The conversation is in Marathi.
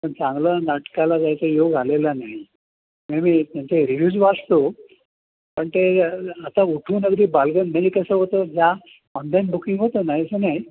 पण चांगलं नाटकाला जायचा योग आलेला नाही मी मी त्यांचे रिव्यूज वाचतो पण ते आता उठून अगदी बालगंध म्हणजे कसं होतं ज्या ऑनलाईन बुकिंग होतं नाही असं नाही